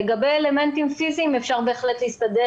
לגבי אלמנטים פיזיים אפשר בהחלט להסתדר